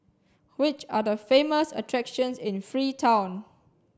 which are the famous attractions in Freetown